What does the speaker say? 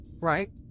right